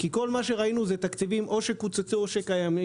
כל מה שראינו זה תקציבים או שקוצצו או שקיימים.